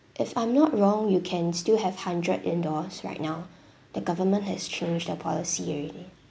if I'm not wrong you can still have hundred indoors right now the government has changed the policy already